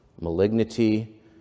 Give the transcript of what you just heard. malignity